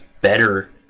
better